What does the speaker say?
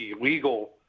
illegal